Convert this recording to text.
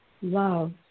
love